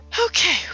Okay